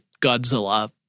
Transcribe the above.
Godzilla